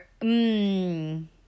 Mmm